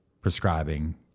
prescribing